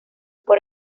por